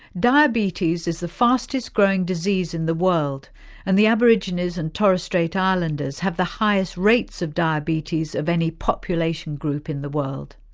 diabetes is the fastest growing disease in the world and the aborigines and torres strait islanders have the highest rates of diabetes of any population group in the world.